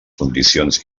condicions